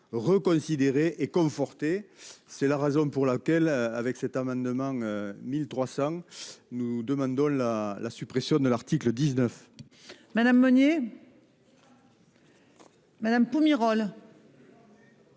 reconsidérer et conforter. C'est la Razom pour laquelle avec cet amendement. 1300. Nous demandons la la suppression de l'article 19.